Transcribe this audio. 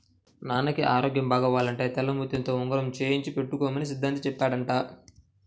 నాన్నకి ఆరోగ్యం బాగవ్వాలంటే తెల్లముత్యంతో ఉంగరం చేయించి పెట్టుకోమని సిద్ధాంతి చెప్పాడంట